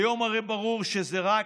היום הרי ברור שזה רק